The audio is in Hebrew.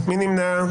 מי נמנע?